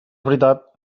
veritat